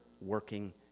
working